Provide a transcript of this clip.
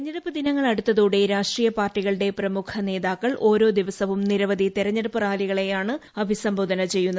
തെരഞ്ഞെടുപ്പ് ദിനങ്ങൾ അടുത്തോടെ രാഷ്ട്രീയപാർട്ടികളുടെ പ്രമുഖ നേതാക്കൾ ഓരോ ദിവസവും നിരവധി തെരഞ്ഞെടുപ്പ് റാലികളെയാണ് അഭിസംബോധന ചെയ്യുന്നത്